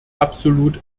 absolut